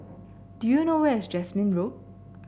do you know where is Jasmine Road